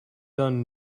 done